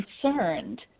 concerned